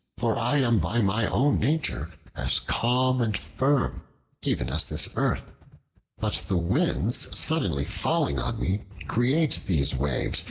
for i am by my own nature as calm and firm even as this earth but the winds suddenly falling on me create these waves,